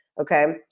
Okay